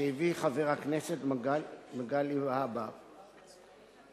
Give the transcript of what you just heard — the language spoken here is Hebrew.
שהביא חבר הכנסת מגלי והבה מבקשת